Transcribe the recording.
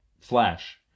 flash